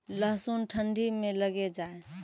लहसुन ठंडी मे लगे जा?